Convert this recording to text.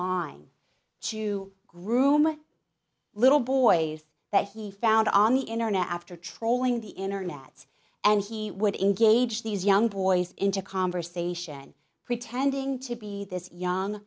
line to groom a little boy that he found on the internet after trolling the internet and he would engage these young boys into conversation pretending to be this young